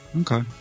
Okay